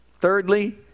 Thirdly